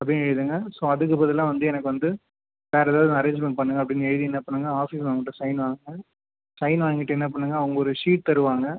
அப்படின்னு எழுதுங்க ஸோ அதுக்கு பதிலாக வந்து எனக்கு வந்து வேறு ஏதாவது ஆரேஞ்ச்மெண்ட் பண்ணுங்கள் அப்படின்னு எழுதி என்ன பண்ணுங்கள் ஆஃபீஸ் மேம்கிட்ட சைன் வாங்குங்க சைன் வாங்கிகிட்டு என்ன பண்ணுங்கள் அவங்க ஒரு ஷீட் தருவாங்க